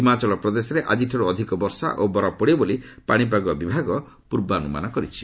ହିମାଚଳ ପ୍ରଦେଶରେ ଆଜିଠାରୁ ଅଧିକ ବର୍ଷା ଓ ବରଫ ପଡ଼ିବ ବୋଲି ପାଣିପାଗ ବିଭାଗ ପୂର୍ବାନୁମାନ କରିଛି